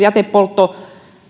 jätepoltto